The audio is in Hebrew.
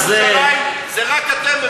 ומי שחילק את ירושלים זה רק אתם,